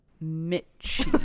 mitch